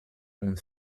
und